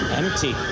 empty